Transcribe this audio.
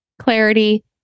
clarity